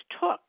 took